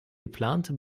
geplante